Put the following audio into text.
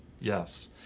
Yes